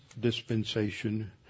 dispensation